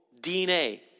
DNA